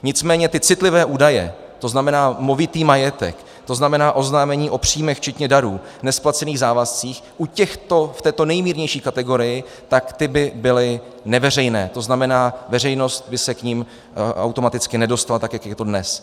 Nicméně ty citlivé údaje, to znamená movitý majetek, to znamená oznámení o příjmech včetně darů, nesplacených závazcích, u těchto v této nejmírnější kategorii, tak ty by byly neveřejné, to znamená, veřejnost by se k nim automaticky nedostala tak, jak je to i dnes.